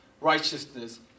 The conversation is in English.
righteousness